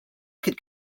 could